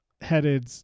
headed